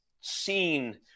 seen